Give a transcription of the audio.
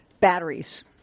batteries